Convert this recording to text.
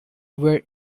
were